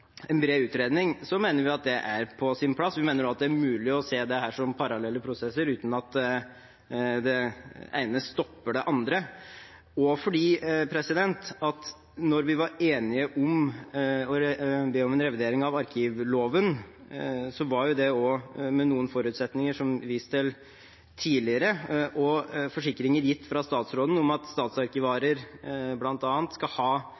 en bred utredning, mener vi at det er på sin plass. Vi mener også at det er mulig å se dette som parallelle prosesser, uten at det ene stopper det andre, for da vi var enige om å be om en revidering av arkivloven, var det også med noen forutsetninger, som vist til tidligere, og forsikringer gitt fra statsråden om at statsarkivarer bl.a. skal ha